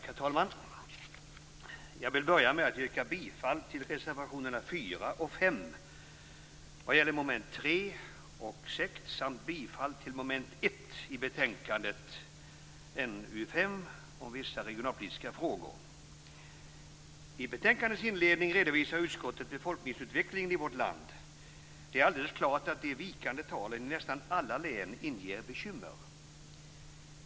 Herr talman! Jag vill börja med att yrka bifall till reservationerna 4 och 5 vad gäller mom. 3 och 6 samt bifall till utskottets hemställan under mom. 1 i betänkande NU5 Vissa regionalpolitiska frågor. I betänkandets inledning redovisar utskottet befolkningsutvecklingen i vårt land. Det är alldeles klart att de vikande talen i nästan alla län inger bekymmer.